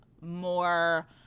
more